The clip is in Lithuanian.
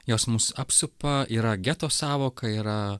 jos mus apsupa yra geto sąvoka yra